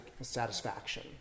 satisfaction